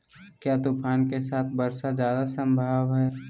क्या तूफ़ान के साथ वर्षा जायदा संभव है?